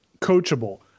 coachable